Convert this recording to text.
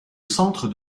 centre